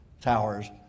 towers